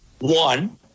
One